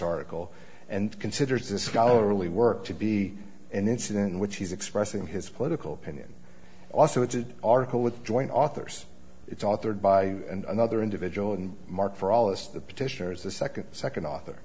article and considers this scholarly work to be an incident in which he's expressing his political opinion also it's an article with joint authors it's authored by another individual and mark for all of us the petitioner is the second second author